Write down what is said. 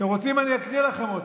אם אתם רוצים, אני אקריא לכם אותה,